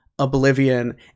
oblivion